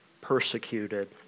persecuted